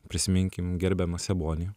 prisiminkim gerbiamą sabonį